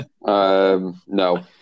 no